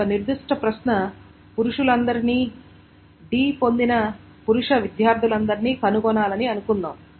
ఒక నిర్దిష్ట ప్రశ్న పురుషులందరినీ D పొందిన పురుష విద్యార్థులందరిని కనుగొనాలని అనుకుందాం